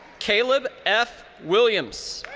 caleb f. williams.